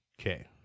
Okay